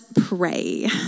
pray